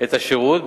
את השירות,